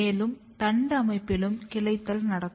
மேலும் தண்டு அமைப்பிலும் கிளைத்தல் நடக்கும்